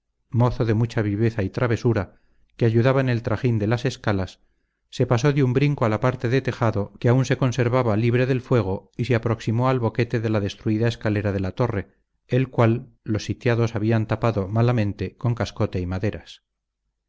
mozo de mucha viveza y travesura que ayudaba en el trajín de las escalas se pasó de un brinco a la parte de tejado que aún se conservaba libre del fuego y se aproximó al boquete de la destruida escalera de la torre el cual los sitiados habían tapado malamente con cascote y maderas